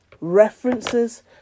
references